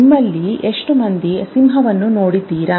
ನಿಮ್ಮಲ್ಲಿ ಎಷ್ಟು ಮಂದಿ ಸಿಂಹವನ್ನು ನೋಡಿದ್ದೀರಿ